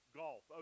golf